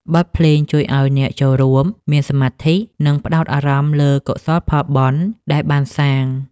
បទភ្លេងជួយឱ្យអ្នកចូលរួមមានសមាធិ និងផ្ដោតអារម្មណ៍លើកុសលផលបុណ្យដែលបានសាង។